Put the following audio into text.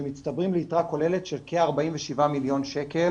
שמצטברים ליתרה כוללת של כ-47 מיליון שקל